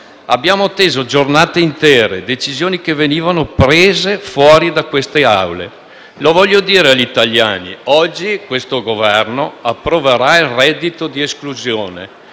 Abbiamo atteso giornate intere decisioni che venivano prese fuori da queste Aule. Lo voglio dire agli italiani. Oggi questo Governo approverà il reddito di esclusione.